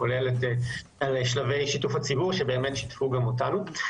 כולל את כלל שלבי שיתוף הציבור שבאמת שיתפו גם אותנו.